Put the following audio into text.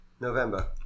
November